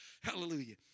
Hallelujah